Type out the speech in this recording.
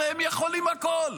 הרי הם יכולים הכול.